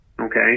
Okay